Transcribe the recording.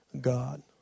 God